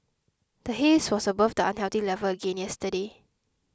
the haze was above the unhealthy level again yesterday